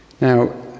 Now